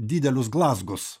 didelius glazgus